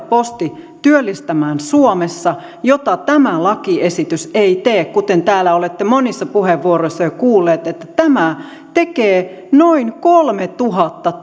posti työllistämään suomessa mitä tämä lakiesitys ei tee kuten täällä olette monissa puheenvuoroissa jo kuulleet tämä tekee noin kolmetuhatta